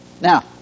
now